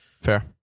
Fair